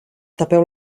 tapeu